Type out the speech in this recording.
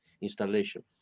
installation